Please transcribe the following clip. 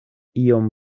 iom